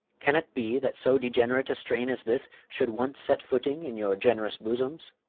can it be that so degenerate a strain as this should once set footing in your generous bosoms?